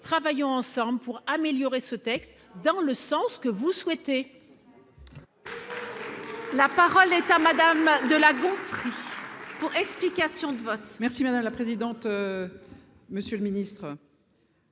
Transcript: travaillons ensemble pour améliorer ce texte dans le sens que vous souhaitez.